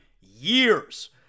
years